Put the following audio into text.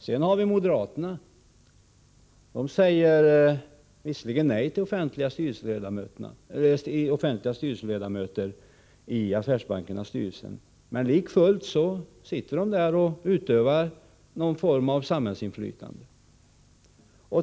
Sedan har vi moderaterna. De säger visserligen nej till offentliga styrelseledamöter, men likafullt sitter deras representanter med bland dem och utövar någon form av samhällsinflytande.